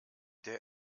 der